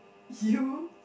you